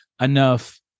enough